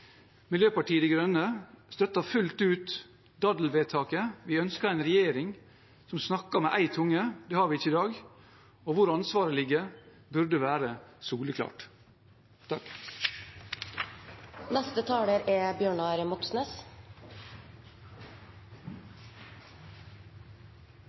Miljøpartiet De Grønne støtter fullt ut daddelvedtaket. Vi ønsker en regjering som snakker med én tunge. Det har vi ikke i dag. Og hvor ansvaret ligger, burde være soleklart. Tiltak mot terrorhandlinger og vern av nasjonale interesser er